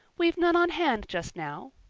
we've none on hand just now.